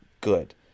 good